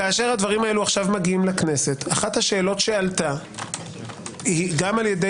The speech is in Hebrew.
כשהדברים הללו מגיעים לכנסת אחת השאלות שעלתה גם על ידי